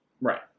Right